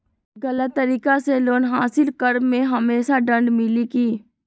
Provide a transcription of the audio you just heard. गलत तरीका से लोन हासिल कर्म मे हमरा दंड मिली कि?